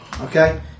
Okay